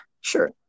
sure